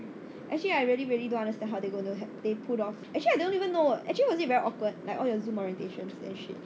actually I really really don't understand how they're gonna have they put off actually I don't even know actually was it very awkward like all your zoom orientations and shit